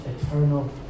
eternal